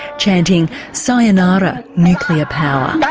chanting sayonara nuclear power.